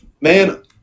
man